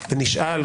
ונשאל,